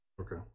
Okay